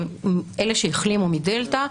אלה שהחלימו מדלתא,